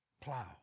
Plow